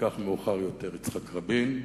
כך מאוחר יותר יצחק רבין.